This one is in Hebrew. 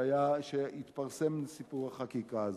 כשהתפרסם סיפור החקיקה הזו.